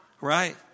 Right